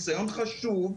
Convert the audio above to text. ניסיון חשוב,